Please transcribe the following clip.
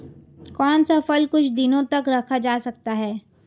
कौन सा फल कुछ दिनों तक रखा जा सकता है?